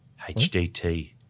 HDT